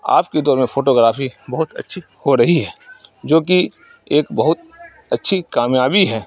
آپ کے دور میں فوٹوگرافی بہت اچھی ہو رہی ہے جو کہ ایک بہت اچھی کامیابی ہے